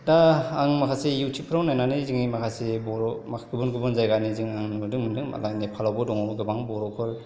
दा आं माखासे इउटुबफ्राव नायनानै जोंनि माखासे बर' माखासे गुबुन गुबुन जायगानि जों नुनो मोन्दों नेपालावबो दङ गोबां बर'फोर